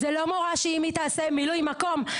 זה לא מורה שאם היא תיכנס למילוי מקום,